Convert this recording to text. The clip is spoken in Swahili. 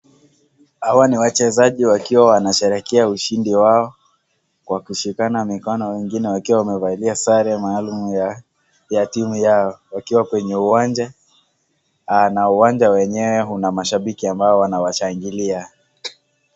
Hawa ni wachezaji wakiwa wanasherehekea ushindi wao kwa kushikana mikono wengine wakiwa wamevalia sare maalum ya timu yao, wakiwa kwenye uwanja na uwanja wenyewe una mashabiki ambao wanawashangilia.